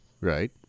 Right